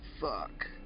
fuck